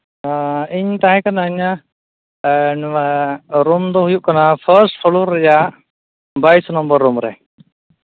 ᱦᱮᱸ ᱤᱧ ᱛᱟᱦᱮᱸ ᱠᱟᱹᱱᱟᱹᱧ ᱱᱚᱣᱟ ᱨᱩᱢ ᱫᱚ ᱦᱩᱭᱩᱜ ᱠᱟᱱᱟ ᱯᱷᱟᱥᱴ ᱯᱷᱞᱳᱨ ᱨᱮᱭᱟᱜ ᱵᱟᱭᱤᱥ ᱱᱚᱢᱵᱚᱨ ᱨᱩᱢ ᱨᱮ